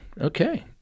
okay